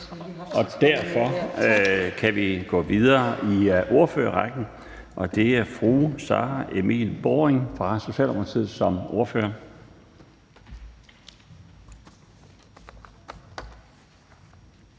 og derfor kan vi gå videre i ordførerrækken, og det er fru Sara Emil Baaring fra Socialdemokratiet som ordfører.